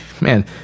man